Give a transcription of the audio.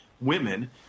women